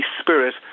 spirit